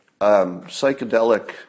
psychedelic